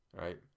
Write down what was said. right